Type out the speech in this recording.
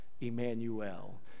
Emmanuel